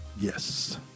Yes